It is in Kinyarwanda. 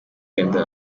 wenda